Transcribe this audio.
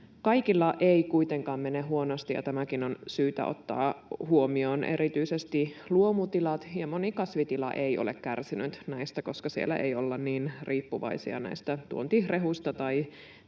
Kaikilla ei kuitenkaan mene huonosti, ja tämäkin on syytä ottaa huomioon. Erityisesti luomutilat ja moni kasvitila ei ole näistä kärsinyt, koska siellä ei olla niin riippuvaisia näistä tuontirehuista tai